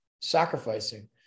sacrificing